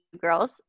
girls